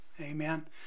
Amen